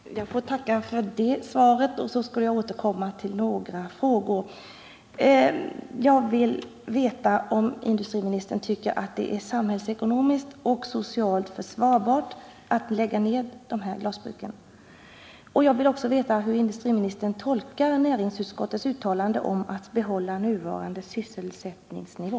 Herr talman! Jag får tacka för det svaret och återgår sedan till mina övriga frågor. Jag vill veta om industriministern tycker att det är samhällsekonomiskt och socialt försvarbart att lägga ned dessa glasbruk. Jag vill också veta hur industriministern tolkar näringsutskottets uttalande om att behålla nuvarande sysselsättningsnivå.